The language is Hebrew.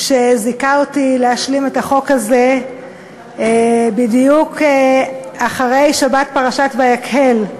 שזיכה אותי להשלים את החוק הזה בדיוק אחרי שבת פרשת ויקהל,